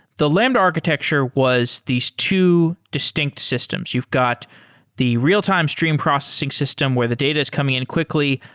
the lambda architecture was these two distinct systems. you've got the real-time stream processing system where the data is coming in quickly,